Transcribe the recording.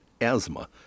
asthma